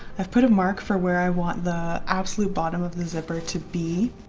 i've put a mark for where i want the absolute bottom of the zipper to be.